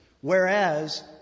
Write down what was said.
Whereas